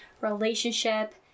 relationship